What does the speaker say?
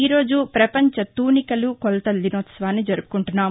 ఈరోజు ప్రపంచ తూనికలు కొలతల దినోత్సవాన్ని జరుపుకుంటున్నాం